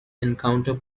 encounter